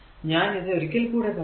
ഞാൻ ഇത് ഒരിക്കൽ കൂടി പറയാം